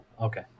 Okay